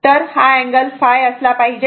तर हा अँगल ϕ असला पाहिजे